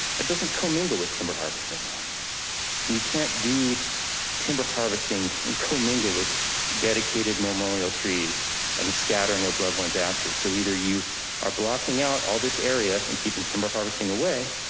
it doesn't commingle with timber harvesting and you can't do timber harvesting and commingled with dedicated memorial trees and the scattering of loved ones ashes. so either you are blocking out all this area and keeping timber harvesting away.